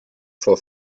for